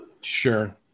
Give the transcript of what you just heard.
Sure